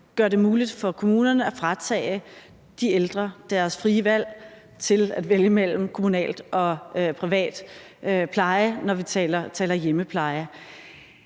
gør det muligt for kommunerne at fratage de ældre deres frie valg til at vælge mellem kommunal og privat pleje, når vi taler hjemmepleje.